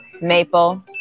maple